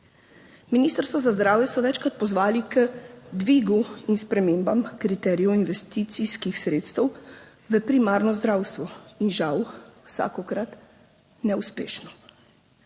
Ministrstvo za zdravje so večkrat pozvali k dvigu in spremembam kriterijev investicijskih sredstev v primarno zdravstvo in žal vsakokrat neuspešno.